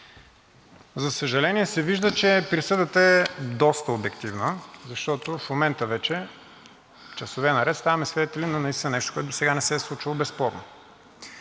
За съжаление, се вижда, че присъдата е доста обективна, защото в момента вече часове наред ставаме свидетели наистина на нещо, което досега не се е случвало, безспорно.